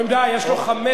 יש לו חמש דקות,